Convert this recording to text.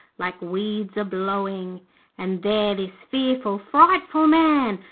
like weeds a-blowing and there this fearful, frightful man,